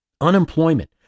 Unemployment